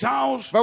House